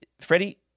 Freddie